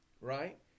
right